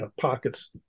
pockets